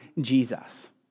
Jesus